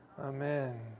Amen